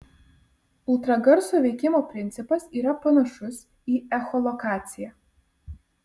ultragarso veikimo principas yra panašus į echolokaciją